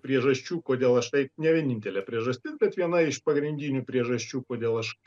priežasčių kodėl aš taip ne vienintelė priežastis bet viena iš pagrindinių priežasčių kodėl aš